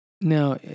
Now